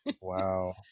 Wow